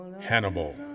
Hannibal